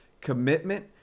Commitment